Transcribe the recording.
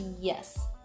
yes